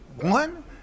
one